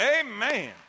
Amen